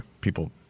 people